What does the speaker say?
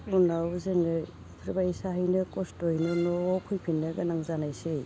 उनाव जोङो बेबायसाहैनो खस्थ'यैनो न'आव फैफिननो गोनां जानायसै